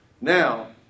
Now